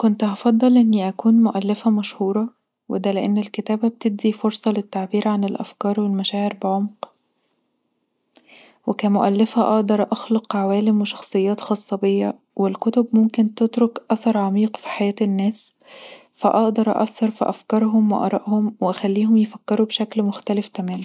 كنت هفضل اني اكون مؤلفه مشهوره ودا لأن الكتابه بتدي فرصه للتعبير عن الأفكار والمشاعر بعمق وكؤلفه اقدر اخلق عوالم وشخصيات خاصه بيا والكتب ممكن تترك اثر عميق في حياة الناس فأقدر أثر في افكارهم وآرائهم واخليهم يفكروا بشكل مختلف تماما